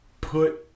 put